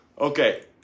Okay